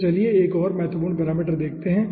तो चलिए एक और महत्वपूर्ण पैरामीटर देखते हैं